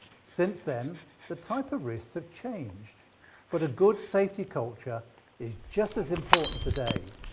since then the type of risks have changed but a good safety culture is just as important today.